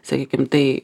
sakykim tai